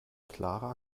clara